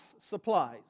supplies